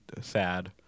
sad